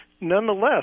Nonetheless